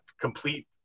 complete